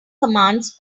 commands